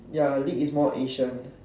ya league is more asian